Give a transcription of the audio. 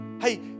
Hey